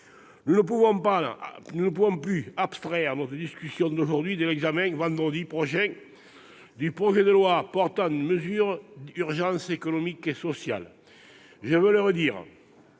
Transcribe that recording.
Nous ne pouvons non plus abstraire notre discussion d'aujourd'hui de l'examen, vendredi, du projet de loi portant mesures d'urgence économiques et sociales. Je veux le redire